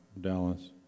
Dallas